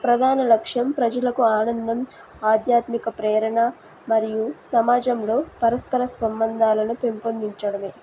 ప్రధాన లక్ష్యం ప్రజలకు ఆనందం ఆధ్యాత్మిక ప్రేరణ మరియు సమాజంలో పరస్పర సంబంధాలను పెంపొందించడమే